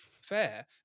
fair